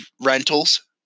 rentals